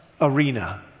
arena